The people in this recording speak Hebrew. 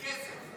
זה כסף.